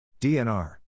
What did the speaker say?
DNR